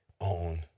own